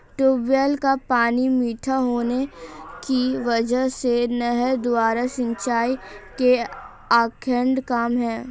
tubewell का पानी मीठा होने की वजह से नहर द्वारा सिंचाई के आंकड़े कम है